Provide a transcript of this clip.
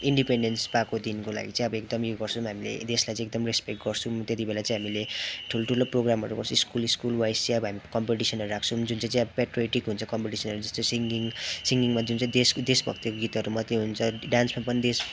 independence पाएको दिनको लागि चाहिँ अब एकदम उयो गर्छौँ हामीले देशलाई चाहिँ एकदम रेस्पेक्ट गर्छौँ त्यतिबेला चाहिँ हामीले ठुल्ठुलो प्रोग्रामहरू गर्छौँ स्कुल स्कुल वाइस चाहिँ अब हामी कम्पिटिसनहरू राख्छौँ जुन चाहिँ चाहिँ अब प्याट्रोइटिक हुन्छ कम्पिटिसनहरू जस्तै सिङ्गिङ सिङ्गिङमा जुन चाहिँ देश देशभक्तिको गीतहरू मात्रै हुन्छ डान्समा पनि देश